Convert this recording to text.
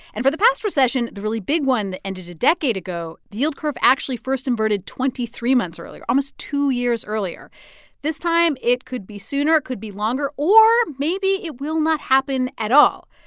and for the past recession, the really big one that ended a decade ago, the yield curve actually first inverted inverted twenty three months earlier almost two years earlier this time, it could be sooner. it could be longer. or maybe it will not happen at all.